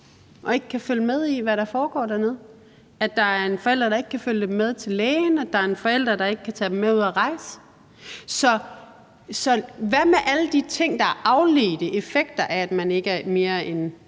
og ikke kan følge med i, hvad der foregår derinde; at der er en forælder, der ikke kan følge med dem til lægen; at der er en forælder, der ikke kan tage dem med ud at rejse. Så hvad med alle de ting, der er afledte effekter af, at man ikke er mere end